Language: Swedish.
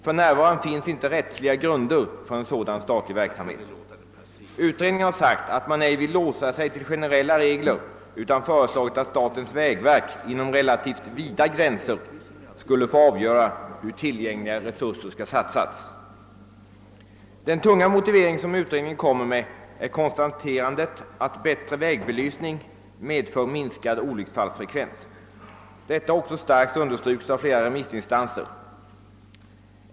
För närvarande finns inte rättsliga grunder för en sådan statlig verksamhet. Utredningen har sagt att man icke vill låsa sig till generella regler utan har föreslagit att statens vägverk inom relativt vida gränser skall få avgöra hur tillgängliga resurser skall satsas. Den tunga motivering som <utredningen framför är konstaterandet att bättre vägbelysning medför minskad olycksfallsfrekvens. Detta har också starkt understrukits av flera remissinstanser.